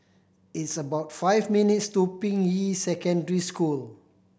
it's about five minutes' to Ping Yi Secondary School